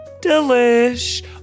delish